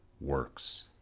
works